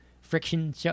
friction